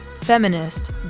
feminist